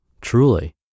truly